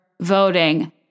voting